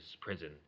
prison